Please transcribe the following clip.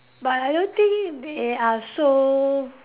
but I don't think they are so